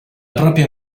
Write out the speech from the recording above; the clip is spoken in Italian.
propria